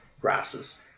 grasses